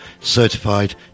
Certified